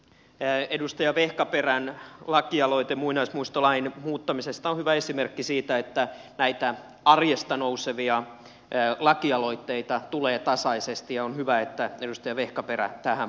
edustaja vehkaperän lakialoite muinaismuistolain muuttamisesta on hyvä esimerkki siitä että näitä arjesta nousevia lakialoitteita tulee tasaisesti ja on hyvä että edustaja vehkaperä tähän puuttuu